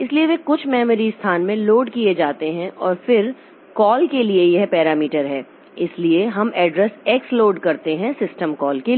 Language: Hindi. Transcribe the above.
इसलिए वे कुछ मेमोरी स्थानों में लोड किए जाते हैं और फिर कॉल के लिए यह पैरामीटर हैं इसलिए हम एड्रेस x लोड करते हैं सिस्टम कॉल के लिए